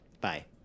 Bye